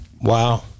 Wow